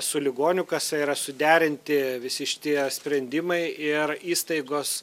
su ligonių kasa yra suderinti visi šitie sprendimai ir įstaigos